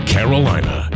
Carolina